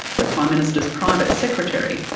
the prime minister's private secretary,